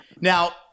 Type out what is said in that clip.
Now